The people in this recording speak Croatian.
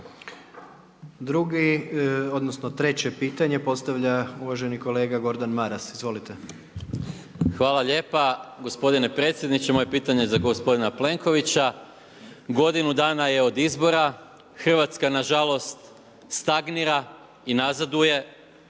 Gordan (HDZ)** Treće pitanje postavlja uvaženi kolega Gordan Maras. Izvolite. **Maras, Gordan (SDP)** Hvala lijepa. Gospodine predsjedniče moje je pitanje za gospodina Plenkovića. Godinu dana je od izbora, Hrvatska nažalost stagnira i nazaduje,